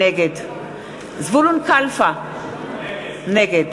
נגד זבולון קלפה, נגד